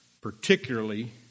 particularly